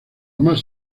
más